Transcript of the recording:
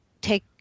take